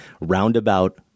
roundabout